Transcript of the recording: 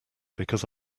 because